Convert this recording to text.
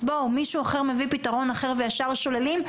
אז בואו, מישהו אחר מביא פתרון אחר וישר שוללים?